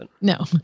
No